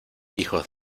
hijos